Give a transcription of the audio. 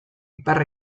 ipar